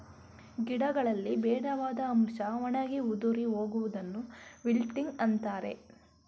ಗಿಡಗಳಲ್ಲಿ ಬೇಡವಾದ ಅಂಶ ಒಣಗಿ ಉದುರಿ ಹೋಗುವುದನ್ನು ವಿಲ್ಟಿಂಗ್ ಅಂತರೆ